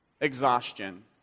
exhaustion